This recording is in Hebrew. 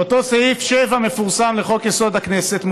באותו סעיף 7 מפורסם לחוק-יסוד: הכנסת,